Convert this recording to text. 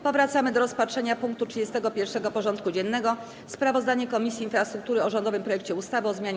Powracamy do rozpatrzenia punktu 31. porządku dziennego: Sprawozdanie Komisji Infrastruktury o rządowym projekcie ustawy o zmianie